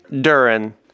Durin